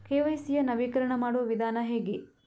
KYC ಯ ನವೀಕರಣ ಮಾಡುವ ವಿಧಾನ ಹೇಗೆ?